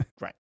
Right